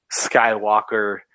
Skywalker